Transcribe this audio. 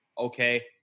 okay